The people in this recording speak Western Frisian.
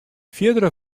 fierdere